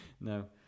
No